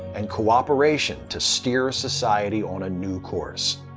and cooperation to steer society on a new course.